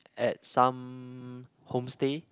at some homestay